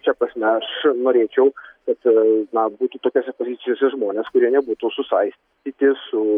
šia prasme aš norėčiau kad na būtų tokiose pozicijose žmonės kurie nebūtų susaistyti su